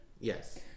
Yes